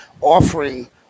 offering